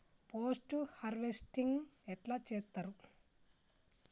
Post harvesting ఎట్ల చేత్తరు?